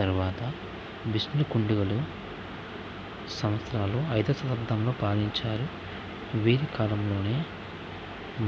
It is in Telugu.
తరువాత విష్ణు కుండినులు సంవత్సరాలు ఐదో శతాబ్దంలో పాలించారు వీరి కాలంలోనే